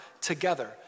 together